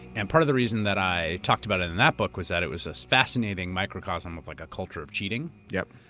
and part of the reason that i talked about it in that book was that it was this fascinating microcosm of like a culture of cheating. yep.